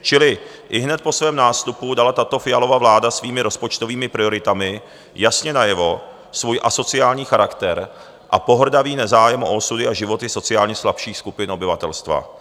Čili ihned po svém nástupu dala tato Fialova vláda svými rozpočtovými prioritami jasně najevo svůj asociální charakter a pohrdavý nezájem o osudy a životy sociálně slabších skupin obyvatelstva.